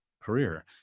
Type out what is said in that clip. career